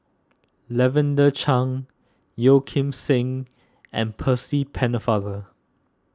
Lavender Chang Yeo Kim Seng and Percy Pennefather